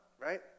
right